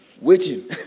Waiting